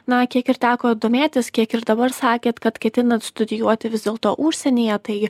na kiek ir teko domėtis kiek ir dabar sakėt kad ketinat studijuoti vis dėlto užsienyje tai